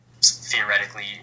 theoretically